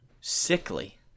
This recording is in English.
sickly